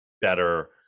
better